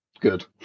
good